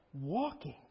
walking